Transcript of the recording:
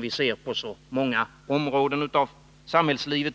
Vi ser på många områden av samhällslivet